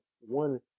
one